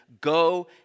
go